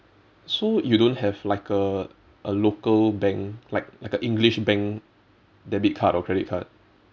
so you don't have like a a local bank like like a english bank debit card or credit card